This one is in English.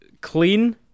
clean